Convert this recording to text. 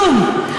כלום.